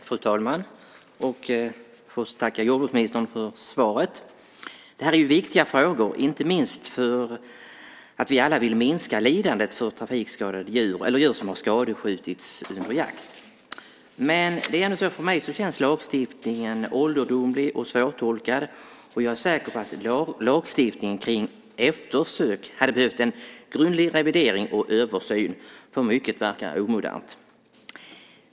Fru talman! Jag vill först tacka jordbruksministern för svaret. Det här är viktiga frågor, inte minst därför att vi alla vill minska lidandet för trafikskadade djur eller djur som har skadeskjutits under jakt. Men för mig känns lagstiftningen ålderdomlig och svårtolkad. Jag är säker på att lagstiftningen kring eftersök behöver en grundlig revidering och översyn. Mycket verkar omodernt.